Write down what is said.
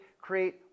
create